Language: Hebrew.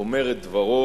אומר את דברו